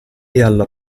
alla